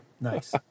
nice